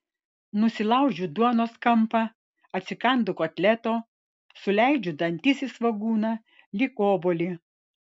nusilaužiu duonos kampą atsikandu kotleto suleidžiu dantis į svogūną lyg į obuolį